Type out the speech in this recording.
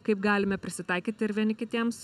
kaip galime prisitaikyti ir vieni kitiems